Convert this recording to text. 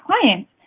clients